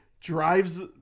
Drives